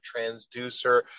transducer